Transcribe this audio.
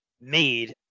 made